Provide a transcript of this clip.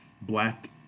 black